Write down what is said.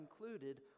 included